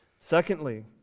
Secondly